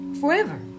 forever